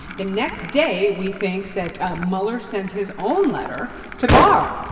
the next day, we think that mueller sends his own letter to barr.